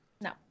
No